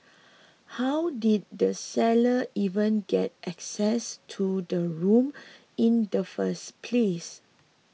how did the sellers even get access to the room in the first place